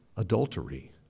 Adultery